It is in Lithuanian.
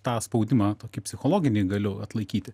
tą spaudimą tokį psichologinį galiu atlaikyti